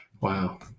Wow